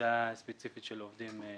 לקבוצה ספציפית של עובדים.